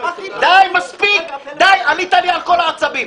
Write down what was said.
עלית לי על כל העצבים.